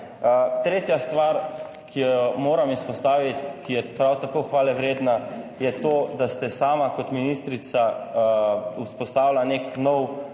Tretja stvar, ki jo moram izpostaviti, ki je prav tako hvalevredna, je to, da ste sama kot ministrica vzpostavila nek nov